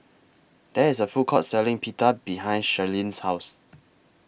There IS A Food Court Selling Pita behind Sharlene's House